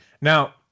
now